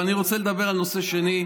אני רוצה לדבר על נושא שני.